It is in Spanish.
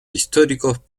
históricos